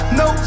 no